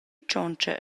tschontscha